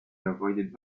avoided